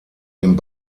den